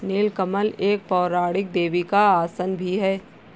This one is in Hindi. नील कमल एक पौराणिक देवी का आसन भी है